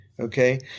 Okay